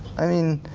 i mean,